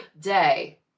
day